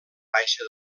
baixa